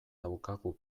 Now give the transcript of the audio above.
daukagu